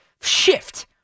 shift